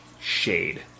shade